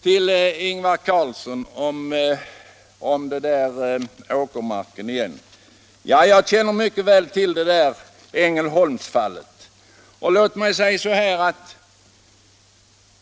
Till herr Ingvar Carlsson vill jag säga beträffande åkermarken att jag Allmänpolitisk debatt Allmänpolitisk debatt mycket väl känner till Ängelholmsfallet.